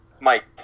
Mike